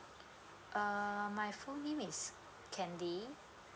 uh my full name is candy